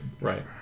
Right